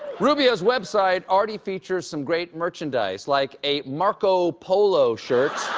rubbio a web site already features some great merchandise like a marco polo shirt,